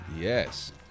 Yes